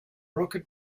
rocket